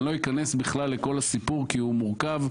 אני לא אכנס לכל הסיפור כי הוא מורכב,